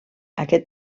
aquest